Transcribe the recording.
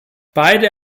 beide